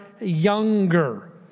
younger